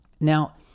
Now